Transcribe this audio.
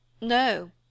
No